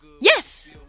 Yes